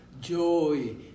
Joy